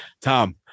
Tom